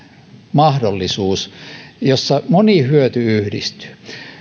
mahdollisuus jossa moni hyöty yhdistyy